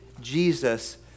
Jesus